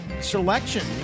selection